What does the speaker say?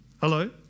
Hello